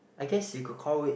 I guess you could call it